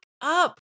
up